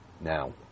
Now